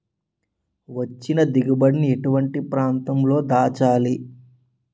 వచ్చిన దిగుబడి ని ఎటువంటి ప్రాంతం లో దాచాలి?